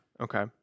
Okay